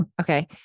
Okay